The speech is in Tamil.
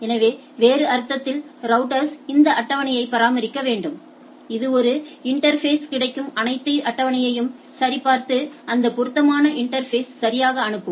எனவே வேறு அர்த்தத்தில் ரௌட்டர்ஸ் இந்த அட்டவணையை பராமரிக்க வேண்டும் இது ஒரு இன்டா்ஃபேஸில் கிடைக்கும் அனைத்தையும் அட்டவணையை சரிபார்த்து அந்த பொருத்தமான இன்டா்ஃபேஸ்க்குசரியாக அனுப்பும்